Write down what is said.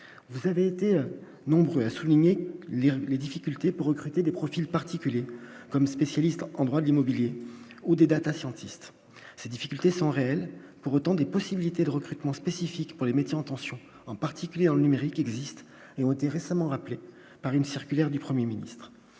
vous avez été nombreux à souligner, lire les difficultés pour recruter des profils particuliers comme spécialiste en droit, l'immobilier ou des Data scientists ces difficultés sont réelles, pour autant, des possibilités de recrutement spécifique pour les métiers en tension, en particulier dans le numérique existe, et ont été récemment rappelé par une circulaire du 1er ministre